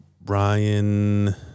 Brian